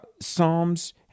Psalms